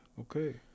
okay